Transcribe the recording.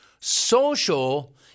Social